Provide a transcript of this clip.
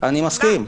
אני מסכים,